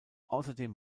außerdem